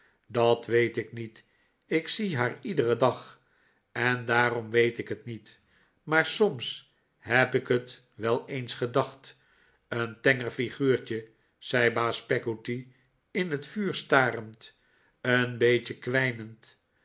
dat weet ik niet ik zie haar iederen dag en daarom weet ik het niet maar soms heb ik het wel eens gedacht een tenger figuurtje zei baas peggotty in het vuur starend een beetje